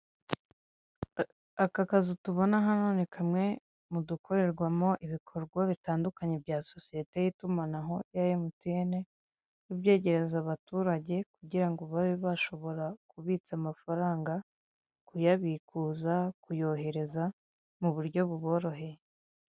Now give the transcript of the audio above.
Aka kazu tubona hano ni kamwe mu dukorerwamo ibikorwa bitandukanye bya sosiyete y'itumanaho ya emutiyene, ibyegereza abaturage kugira ngo babe bashobora kubitsa amafaranga, kuyabikuza, kuyohereza mu buryo buboroheye.